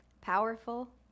powerful